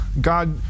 God